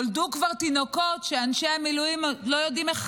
כבר נולדו תינוקות שאנשי המילואים לא יודעים איך